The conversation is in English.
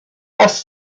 off